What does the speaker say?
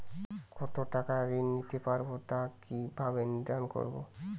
কতো টাকা ঋণ নিতে পারবো তা কি ভাবে নির্ধারণ হয়?